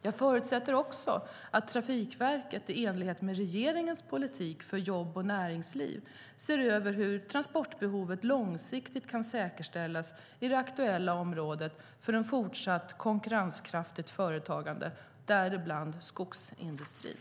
Jag förutsätter också att Trafikverket, i enlighet med regeringens politik för jobb och näringsliv, ser över hur transportbehovet långsiktigt kan säkerställas i det aktuella området för ett fortsatt konkurrenskraftigt företagande, däribland i skogsindustrin.